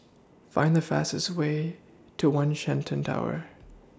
Find The fastest Way to one Shenton Tower